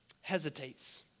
hesitates